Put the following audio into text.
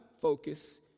focus